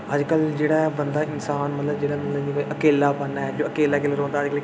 अजकल जेह्ड़ा ऐ बंदा इंसान मतलब जेह्ड़ा अकेलापन ऐ अकेला अकेला रौंह्दा ऐ